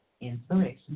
Inspiration